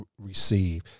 receive